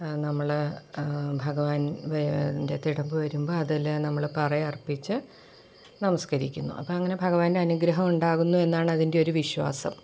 നമ്മൾ ഭഗവാൻ്റെ തിടമ്പ് വരുമ്പോൾ അതെല്ലാം നമ്മൾ പറ അർപ്പിച്ച് നമസ്കരിക്കുന്നു അപ്പം അങ്ങനെ ഭഗവാൻ്റെ അനുഗ്രഹം ഉണ്ടാകുന്നു എന്നാണ് അതിൻ്റെ ഒരു വിശ്വാസം